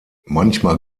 manchmal